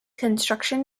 construction